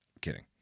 Kidding